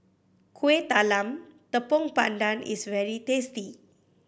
Kueh Talam Tepong Pandan is very tasty